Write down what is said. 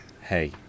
Hey